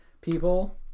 people